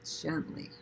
gently